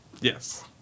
Yes